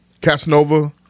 Casanova